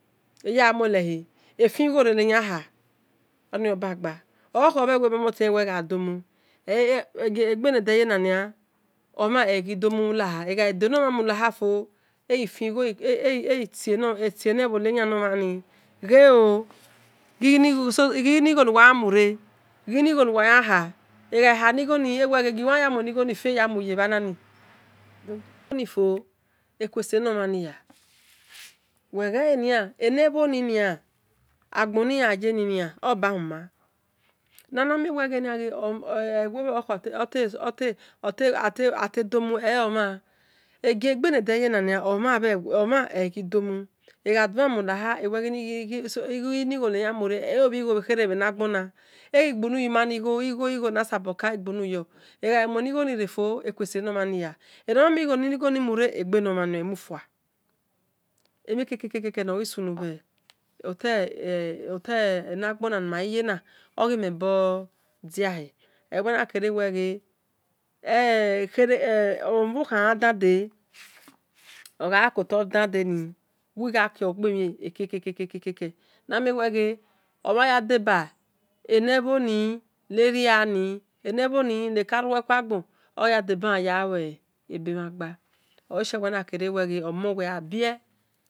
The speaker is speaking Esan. Wel lehe ef-ghore nayan ha oni obagba okhor kho mel mo lewel adomu egbene doyena nia omhan oaghi domu eghai dueno mhamu fo eghi tie nor mhan nor yan nor mhani ghe oo ghini gho nuwa yamu re ghinigho nuwu yonha eghaha nigho ni ewel ghe giawa yan ya mue ni gho ni fi eya muye ya mue ni gho ni fi eya muye ya mue ni gho ni fi eya muye bhanani eghai hai nighoni fo ekue bhoni nia agboni anye oba huma nanu mie ghe ewu bhor khor ate domu elota elota domu bhenede ghiyenania omhan olagh domu ooo but oselobua ghi dor guan yu wo vien wedor kere otaghdor ladian wel na gha zehon wina zewe enotani wel gha zehon wina zeme ghele but wel nagha omhan na zeegbe mhin negbele gien wel gha henota ni wel ya nor odo shi okhon re oghai gho khon re odo la egiomhan khere nagha zigho yi oghi yagha zeyibhor ota nor bha yagha zeyibhor ota nor bha supose nor yata nor ta so ebime tanania wahebi metanani igho bha easy na khuan igho omhan kue migho ami gho edobie enor nekagha mhe gho edobie enor mon nia bieni edor keni ghoni re enor moninia emhale baya hustle ni ghoni tee emhan legbo nerian la wel gha dor gho norni oyeko khor wel khowe ukpa kpa amie wel agui obhiye bho bhi ye ogui pastor bha mhole eko gu but abhe gha gui abhe settle enezor abhe settle abhe tah bhe nor khere abhe muyo tor ebho nehuma ekpo arere mion elemhi nor kpor and of 100 wel kere ghe eva kpa olehuma bhor